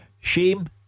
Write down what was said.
shame